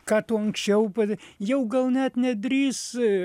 ką tu anksčiau pada jau gal net nedrįs